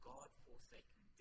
God-forsaken